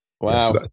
Wow